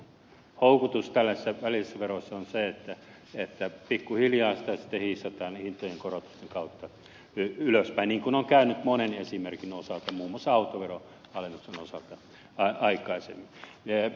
houkutus tällaisissa välillisissä veroissa on se että pikkuhiljaa sitä sitten hiissataan hintojen korotusten kautta ylöspäin niin kuin on käynyt monen esimerkin osalta muun muassa autoveroalennuksen osalta aikaisemmin